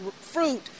fruit